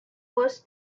was